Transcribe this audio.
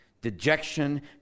Dejection